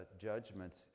judgments